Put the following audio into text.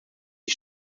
die